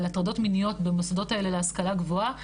הטרדות מיניות במוסדות האלה להשכלה גבוהה,